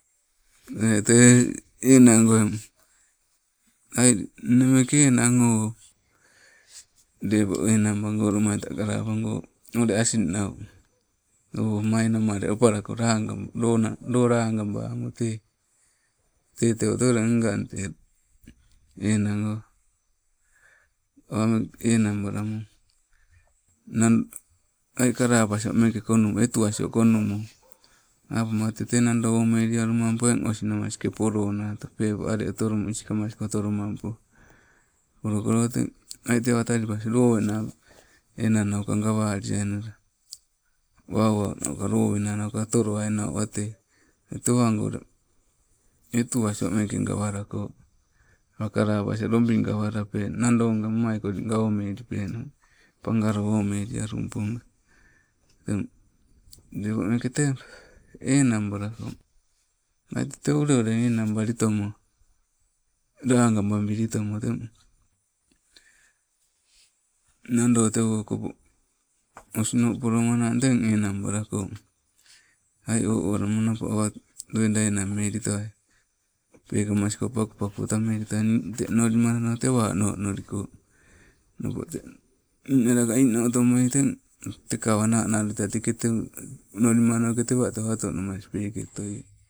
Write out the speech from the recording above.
nne meke enang o, lepo enang bangoo, lomaitai kalapango, oule osinau o mai namale opalako laga loona loo logabama te. Te teu te ule ngang te, enang oh enang balama ai kalapasio meke konu etu asio konumo, apama tete nado onoliaumampo eng osi namaske polonato, pepo ale otolo iskamasko otolomampo, polokolo eng, ai tewa talipes lowena, enang nauka gawaliainnala wau wau nauka lowenak otolowainna wate, teng tewago ule etuasio meke gawalako, awa kalapasio lobi ggawalape, noddo nga imaikolinga omelipeno, pagalo omelialumponga. Teng, lepo meke te enang balako, ai tete ule ulei enang balitomo, lagabalilitomo. Teng nando tewo okopo, osino polomanang teng enang balako, ai o- o walama napo awa loida enang melitowai, pekamasko pakupakuo tame litowai, nii te ono limano tewa ononoliko inala ka iino otomoi teng teka awa nana luitowai teke onolimanoke tewa tewato namas peke otoie